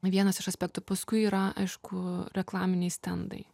vienas iš aspektų paskui yra aišku reklaminiai stendai